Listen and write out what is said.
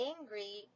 angry